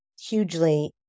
hugely